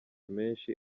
menshi